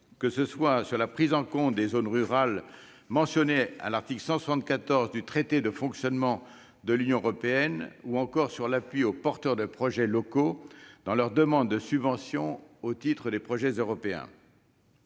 que ce soit sur la prise en compte des zones rurales mentionnées à l'article 174 du traité sur le fonctionnement de l'Union européenne ou sur l'appui aux porteurs de projets locaux dans leurs demandes de subventions au titre des fonds européens.